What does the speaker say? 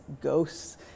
ghosts